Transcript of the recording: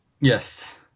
Yes